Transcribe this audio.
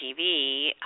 TV